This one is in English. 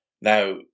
Now